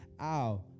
ow